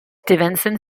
stevenson